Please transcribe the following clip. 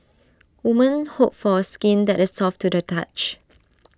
women hope for skin that is soft to the touch